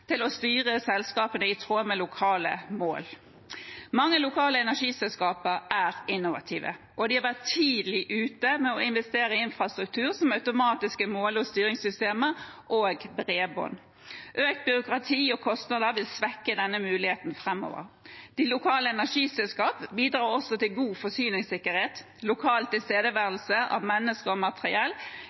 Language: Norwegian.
til å styre selskapene i tråd med lokale mål. Mange lokale energiselskaper er innovative og har vært tidlig ute med å investere i infrastruktur med automatiske måle- og styringssystemer og bredbånd. Økt byråkrati og økte kostnader vil svekke denne muligheten framover. De lokale energiselskapene bidrar også til god forsyningssikkerhet. Lokal tilstedeværelse av mennesker og materiell